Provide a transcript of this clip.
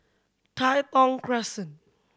Tai Thong Crescent